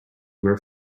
were